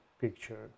picture